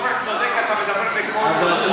כשעפר צודק אתה מדבר בקול נמוך,